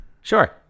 Sure